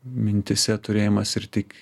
mintyse turėjimas ir tik